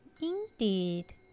indeed